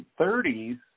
30s